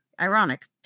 ironic